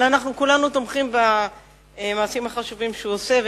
אבל אנחנו כולנו תומכים במעשים החשובים שהוא עושה,